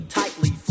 tightly